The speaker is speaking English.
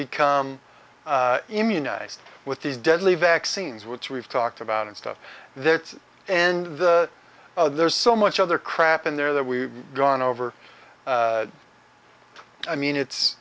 become immunized with these deadly vaccines which we've talked about and stuff there and there's so much other crap in there that we've gone over i mean it's